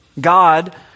God